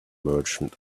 merchant